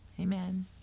Amen